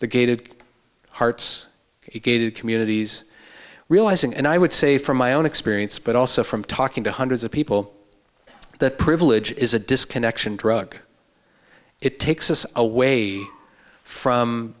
the gated hearts gated communities realizing and i would say from my own experience but also from talking to hundreds of people that privilege is a disconnection drug it takes us away from